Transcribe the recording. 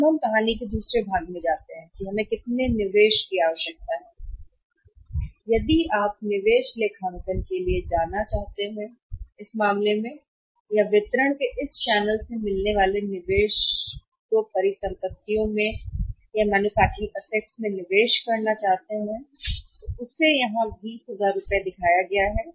अब हम कहानी के दूसरे भाग में जाते हैं कि निवेश की कितनी आवश्यकता है यदि आप निवेश लेखांकन के लिए जाना चाहते हैं तो इस मामले में या वितरण के इस चैनल से मिलने के लिए निवेश के लिए तो इसका मतलब है कि निर्माण परिसंपत्तियों में निवेश में निवेश मैन्युफैक्चरिंग एसेट्स 20000 का निवेश करने के लिए हम 200 रु यहाँ दिखाया गया है